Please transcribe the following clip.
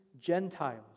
Gentiles